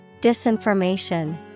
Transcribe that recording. Disinformation